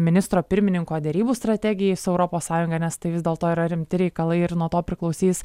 ministro pirmininko derybų strategijai su europos sąjunga nes tai vis dėlto yra rimti reikalai ir nuo to priklausys